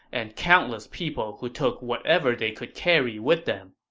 and countless people who took whatever they could carry with them.